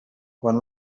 quan